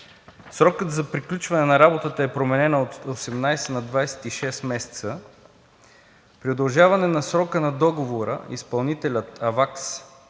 срокът за приключване на работата е променен от 18 на 26 месеца. При удължаване срока на договора изпълнителят „Авакс“